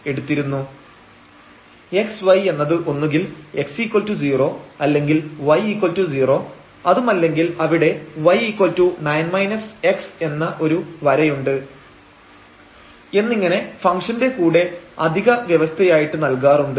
x y എന്നത് ഒന്നുകിൽ x0 അല്ലെങ്കിൽ y0 അതുമല്ലെങ്കിൽ അവിടെ y9 x എന്ന ഒരു വരെയുണ്ട് എന്നിങ്ങനെ ഫംഗ്ഷന്റെ കൂടെ അധിക വ്യവസ്ഥയായിട്ട് നൽകാറുണ്ട്